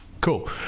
cool